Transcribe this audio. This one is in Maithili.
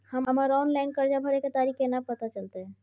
हमर ऑनलाइन कर्जा भरै के तारीख केना पता चलते?